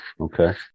okay